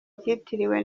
ryitiriwe